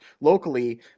locally